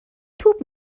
توپ